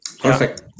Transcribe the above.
Perfect